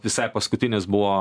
visai paskutinis buvo